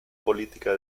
política